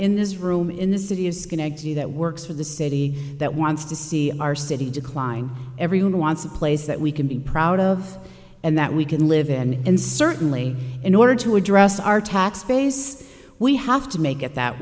in this room in the city of schenectady that works for the city that wants to see our city decline everyone wants a place that we can be proud of and that we can live in and certainly in order to address our tax base we have to make it that